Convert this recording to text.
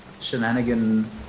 shenanigan